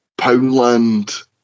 Poundland